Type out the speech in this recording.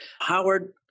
Howard